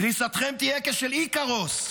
קריסתכם תהייה כשל איקרוס: